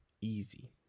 easy